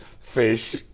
fish